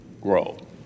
grow